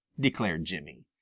declared jimmy.